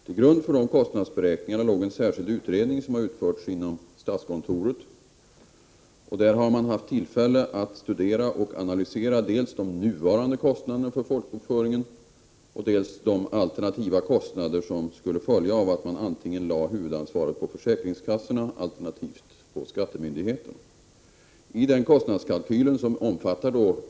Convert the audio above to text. Till grund för de kostnadsberäkningarna låg en särskild utredning, som har utförts inom statskontoret. Där har man haft tillfälle att studera och analysera dels de nuvarande kostnaderna för folkbokföringen, dels de alternativa kostnader som skulle följa av att man lade huvudansvaret antingen på försäkringskassorna eller på skattemyndigheten.